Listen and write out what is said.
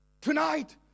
Tonight